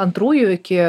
antrųjų iki